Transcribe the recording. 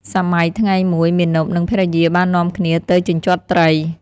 សម័យថ្ងៃមួយ មាណព និងភរិយាបាននាំគ្នាទៅជញ្ជាត់ត្រី។